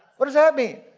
what is that mean?